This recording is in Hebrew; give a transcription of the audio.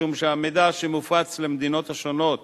משום שהמידע המופץ למדינות השונות